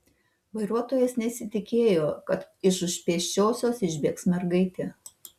vairuotojas nesitikėjo kad iš už pėsčiosios išbėgs mergaitė